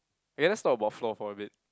okay let's talk about floor for a bit